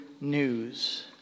news